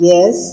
Yes